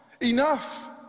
enough